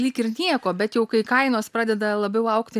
lyg ir nieko bet jau kai kainos pradeda labiau augti